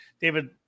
David